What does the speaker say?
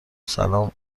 سلام